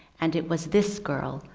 and it was this girl,